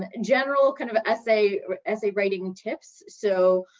and general kind of essay essay writing tips. so